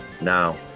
now